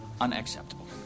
unacceptable